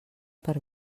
per